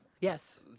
Yes